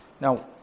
Now